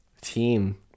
team